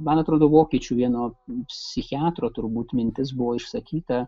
man atrodo vokiečių vieno psichiatro turbūt mintis buvo išsakyta